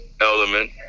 element